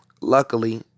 luckily